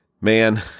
Man